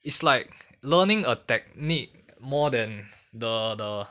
it's like learning a technique more than the the